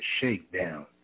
Shakedown